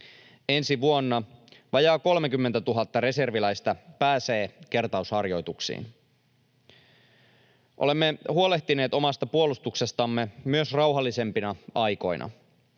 Ensi vuonna vajaat 30 000 reserviläistä pääsee kertausharjoituksiin. Olemme huolehtineet omasta puolustuksestamme myös rauhallisempina aikoina.